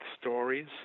stories